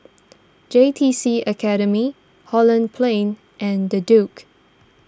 J T C Academy Holland Plain and the Duke